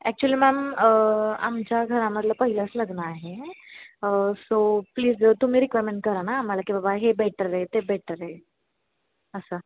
actually ma'am आमच्या घरामधलं पहिलंच लग्न आहे सो प्लीज तुम्ही रिकमेंड करा ना आम्हाला की बाबा हे बेटर आहे ते बेटर आहे असं